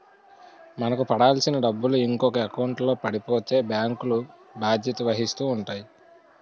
మనకు పడాల్సిన డబ్బులు ఇంకొక ఎకౌంట్లో పడిపోతే బ్యాంకులు బాధ్యత వహిస్తూ ఉంటాయి